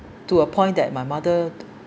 to a point that my mother